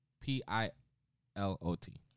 P-I-L-O-T